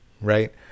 Right